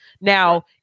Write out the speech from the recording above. Now